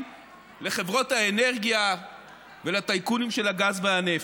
לחברות האנרגיה ולטייקונים של הגז והנפט.